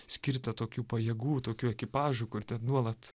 skirta tokių pajėgų tokių ekipažų kur ten nuolat